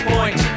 Point